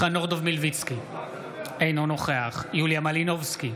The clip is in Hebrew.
חנוך דב מלביצקי, אינו נוכח יוליה מלינובסקי,